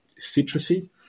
citrusy